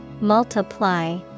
Multiply